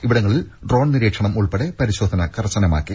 ഇവിടങ്ങളിൽ ഡ്രോൺ നിരീക്ഷണം ഉൾപ്പെടെ പരിശോധന കർശനമാക്കി